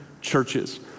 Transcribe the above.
churches